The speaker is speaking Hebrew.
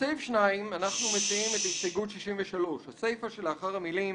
הסתייגות 63: בסעיף 2, הסיפא שאחרי המילים